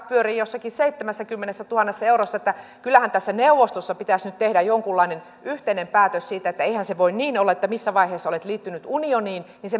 pyörii jossakin seitsemässäkymmenessätuhannessa eurossa että kyllähän neuvostossa pitäisi nyt tehdä jonkunlainen yhteinen päätös siitä eihän se voi niin olla että se missä vaiheessa olet liittynyt unioniin